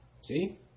See